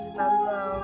hello